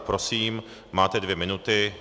Prosím, máte dvě minuty.